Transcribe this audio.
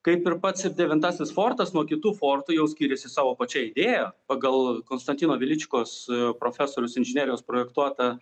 kaip ir pats devintasis fortas nuo kitų fortų jau skiriasi savo pačia idėja pagal konstantino veličkos profesorius inžinerijos projektuota